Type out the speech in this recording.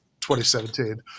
2017